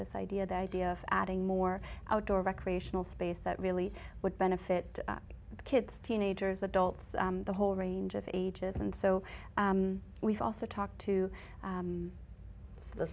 this idea that idea of adding more outdoor recreational space that really would benefit kids teenagers adults the whole range of ages and so we've also talked to